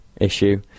Issue